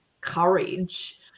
courage